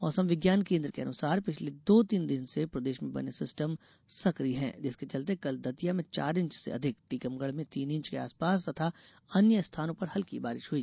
मौसम विज्ञान केन्द्र के अनुसार पिछले दो तीन दिन से प्रदेश में बने सिस्टम सक्रिय है जिसके चलते कल दतिया में चार इंच से अधिक टीकमगढ में तीन इंच के आसपास तथा अन्य स्थानों पर भी हल्की बारिश हई